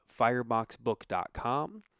fireboxbook.com